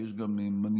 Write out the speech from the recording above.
יש גם מנהיגות